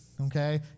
Okay